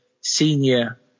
senior